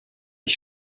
ich